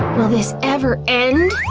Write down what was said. will this ever end!